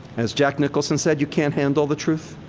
as jack nicholson said, you can't handle the truth.